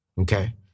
Okay